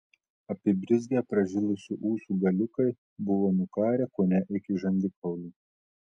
apibrizgę pražilusių ūsų galiukai buvo nukarę kone iki žandikaulių